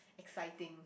frightening